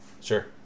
sure